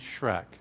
Shrek